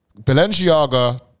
Balenciaga